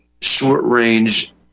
short-range